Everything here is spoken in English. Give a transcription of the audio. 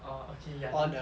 orh okay ya then